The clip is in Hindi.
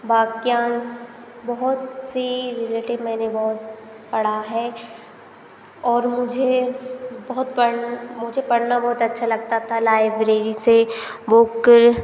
वाक्यांश बहुत सी रिलेटेड मैंने बहुत पढ़ा है और मुझे बहुत पढ़न मुझे पढ़ना बहुत अच्छा था लाइब्रेरी से बुक